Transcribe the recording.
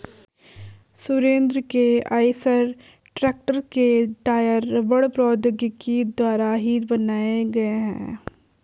सुरेंद्र के Eicher tractor के tyre रबड़ प्रौद्योगिकी द्वारा ही बनाए गए हैं